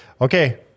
okay